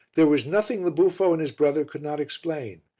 there was nothing the buffo and his brother could not explain,